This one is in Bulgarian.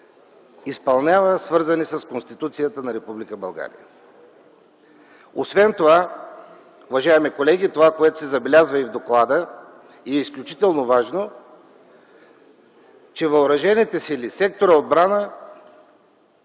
изпълнява, свързани с Конституцията на Република България. Освен това, уважаеми колеги, това, което се забелязва и в доклада и е изключително важно, че въоръжените сили, секторът „Отбрана”